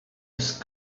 ist